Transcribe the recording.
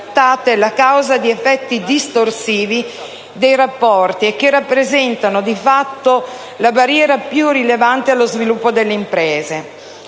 la causa di effetti distorsivi dei rapporti e che rappresentavano di fatto la barriera più rilevante allo sviluppo delle imprese.